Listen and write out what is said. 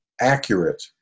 accurate